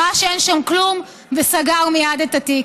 ראה שאין שם כלום וסגר מייד את התיק.